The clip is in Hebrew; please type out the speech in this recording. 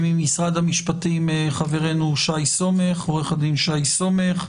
ממשרד המשפטים, חברנו, עורך הדין שי סומך.